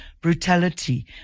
brutality